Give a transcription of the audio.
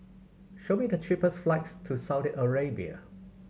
show me the cheapest flights to Saudi Arabia